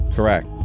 Correct